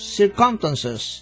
circumstances